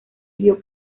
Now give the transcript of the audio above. río